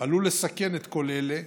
עלול לסכן את כל אלה: